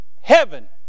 heaven